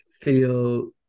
feel